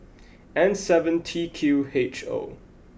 N seven T Q H O